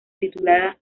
titulada